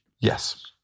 Yes